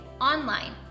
online